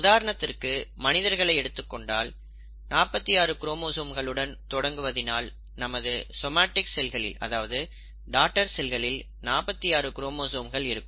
உதாரணத்திற்கு மனிதர்களை எடுத்துக் கொண்டால் 46 குரோமோசோம்களுடன் தொடங்குவதினால் நமது சொமாடிக் செல்களில் அதாவது டாடர் செல்களில் 46 குரோமோசோம்கள் இருக்கும்